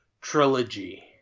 trilogy